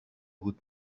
بود